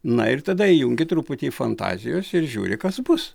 na ir tada įjungi truputį fantazijos ir žiūri kas bus